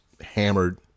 hammered